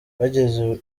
bageze